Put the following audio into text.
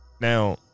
Now